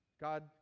God